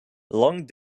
long